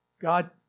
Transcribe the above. God